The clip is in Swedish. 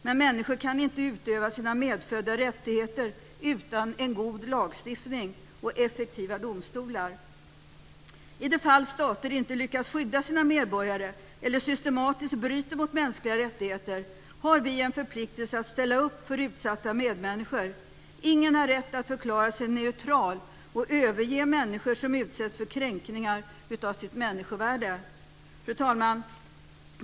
Men människor kan inte utöva sina medfödda rättigheter utan en god lagstiftning och effektiva domstolar. I de fall stater inte lyckas skydda sina medborgare, eller systematiskt bryter mot mänskliga rättigheter, har vi en förpliktelse att ställa upp för utsatta medmänniskor. Ingen har rätt att förklara sig neutral och överge människor som utsätts för kränkningar av människovärdet. Fru talman!